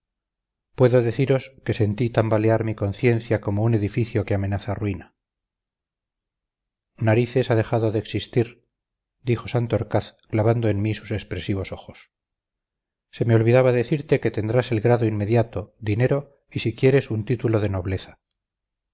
puedo deciros que sentí tambalear mi conciencia como un edificio que amenaza ruina narices ha dejado de existir dijo santorcaz clavando en mí sus expresivos ojos se me olvidaba decirte que tendrás el grado inmediato dinero y si quieres un título de nobleza